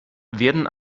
werden